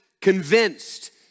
convinced